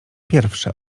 pierwsze